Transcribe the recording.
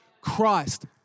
Christ